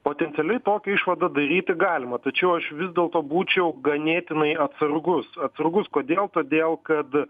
potencialiai tokią išvadą daryti galima tačiau aš vis dėlto būčiau ganėtinai atsargus atsargus kodėl todėl kad